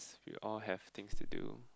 we all have have things to do